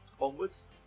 onwards